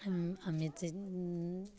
हँ अऽ मैसेज